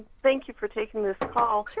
thank you for taking this call.